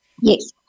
Yes